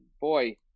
boy